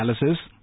Analysis